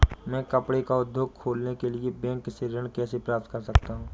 मैं कपड़े का उद्योग खोलने के लिए बैंक से ऋण कैसे प्राप्त कर सकता हूँ?